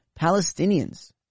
Palestinians